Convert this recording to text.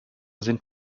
sind